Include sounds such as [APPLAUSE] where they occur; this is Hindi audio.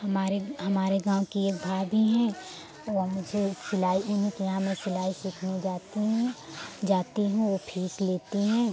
हमारे हमारे गाँव की एक भाभी हैं वो मुझे सिलाई [UNINTELLIGIBLE] के यहाँ मैं सिलाई सीखने जाती हूँ जाती हूँ वो फीस लेती हैं